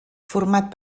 format